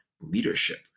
leadership